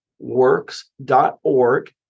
works.org